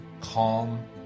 calm